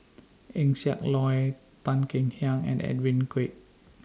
Eng Siak Loy Tan Kek Hiang and Edwin Koek